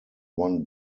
one